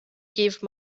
give